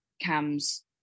cams